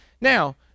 Now